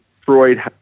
Freud